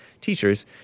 teachers